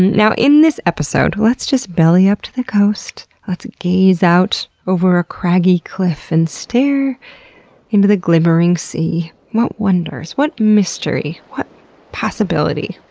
now in this episode, let's just belly up to the coast. let's gaze out over a craggy cliff and stare into the glimmering sea what wonders, what mystery, what possibility,